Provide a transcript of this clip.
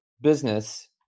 business